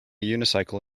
unicycle